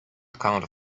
account